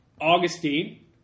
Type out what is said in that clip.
Augustine